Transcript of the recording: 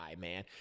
man